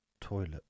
toilet